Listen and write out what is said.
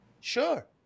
Sure